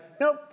nope